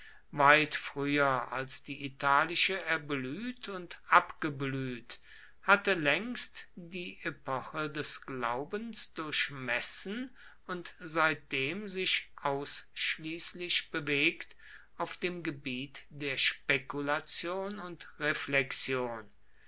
weit früher als die italische erblüht und abgeblüht hatte längst die epoche des glaubens durchmessen und seitdem sich ausschließlich bewegt auf dem gebiet der spekulation und reflexion